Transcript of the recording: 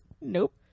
Nope